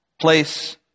place